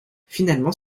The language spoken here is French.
finalement